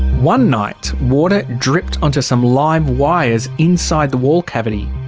one night, water dripped onto some live wires inside the wall cavity.